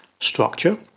structure